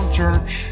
church